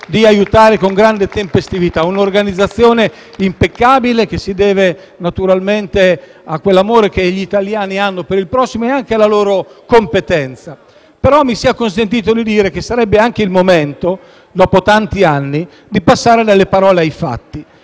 del senatore Casini)*. Un'organizzazione impeccabile, che si deve naturalmente a quell'amore che gli italiani hanno per il prossimo e anche alla loro competenza. Mi sia consentito di dire, però, che sarebbe anche il momento, dopo tanti anni, di passare dalle parole ai fatti.